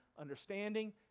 understanding